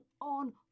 on